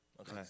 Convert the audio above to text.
okay